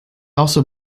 also